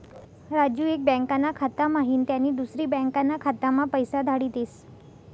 राजू एक बँकाना खाता म्हाईन त्यानी दुसरी बँकाना खाताम्हा पैसा धाडी देस